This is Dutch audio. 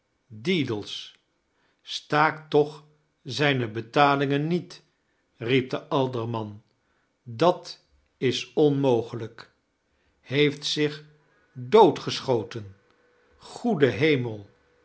deedles staakt tocli zijne betaldngen niet riep de alderman dat is onmogemjk heeft zich doodgeschoten goede hemel